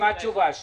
אני